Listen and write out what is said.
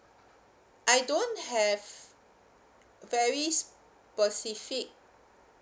I don't have very specific